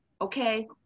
Okay